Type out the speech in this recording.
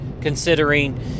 considering